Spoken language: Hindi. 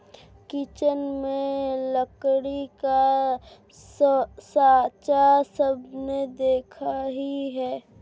किचन में लकड़ी का साँचा सबने देखा ही है